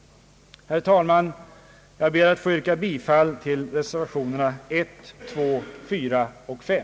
Herr talman! Jag ber att få yrka bifall till reservationerna 1, 2, 4 och 5.